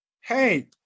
hey